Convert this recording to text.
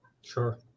sure